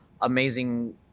amazing